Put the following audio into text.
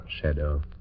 Shadow